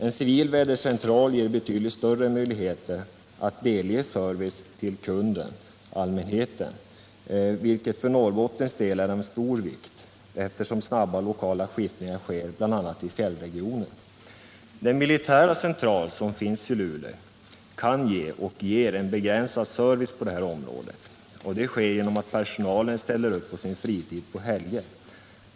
En civil vädercentral ger betydligt större möjligheter att delge service till kunden/allmänheten, vilket för Norrbottens del är av stor vikt, eftersom snabba lokala skiftningar sker, bl.a. i fjällregionen. Den militära central som finns i Luleå kan ge och ger en begränsad service på det här området, och det sker genom att personal ställer upp på sin fritid på helger.